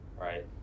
right